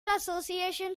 associations